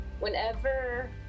Whenever